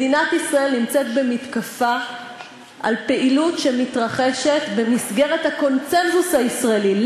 מדינת ישראל נמצאת במתקפה על פעילות שמתרחשת במסגרת הקונסנזוס הישראלי,